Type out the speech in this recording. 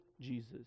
Jesus